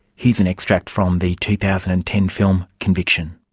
here's an extract from the two thousand and ten film conviction.